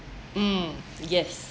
um yes